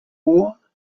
war